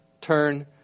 Turn